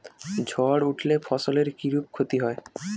ঝড় উঠলে ফসলের কিরূপ ক্ষতি হয়?